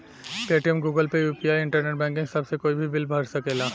Paytm, Google Pay, UPI, internet banking सभ से कोई भी बिल भरा सकेला